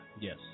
Yes